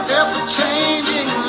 ever-changing